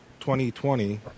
2020